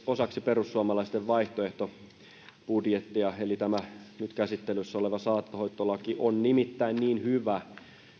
osaksi perussuomalaisten vaihtoehtobudjettia eli tämä nyt käsittelyssä oleva saattohoitolaki on nimittäin niin hyvä